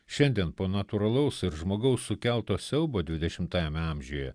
šiandien po natūralaus ir žmogaus sukelto siaubo dvidešimtajame amžiuje